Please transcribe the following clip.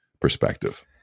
perspective